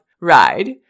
ride